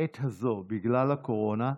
לעת הזו, בגלל הקורונה,